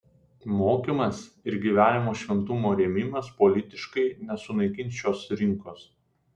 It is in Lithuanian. mokymas ir gyvenimo šventumo rėmimas politiškai nesunaikins šios rinkos